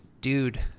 dude